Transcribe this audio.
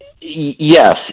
yes